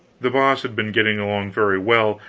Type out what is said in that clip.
the boss had been getting along very well,